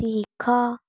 ଶିଖ